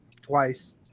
twice